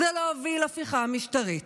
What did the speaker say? הוא להוביל הפיכה משטרית,